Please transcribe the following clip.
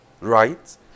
right